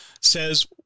says